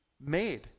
made